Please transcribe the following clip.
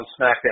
Smackdown